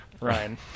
ryan